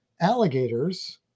alligators